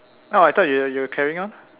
no I thought you were you were carrying on